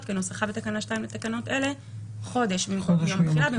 כנוסחה בתקנה 2 לתקנות אלה חודש מיום התחילה.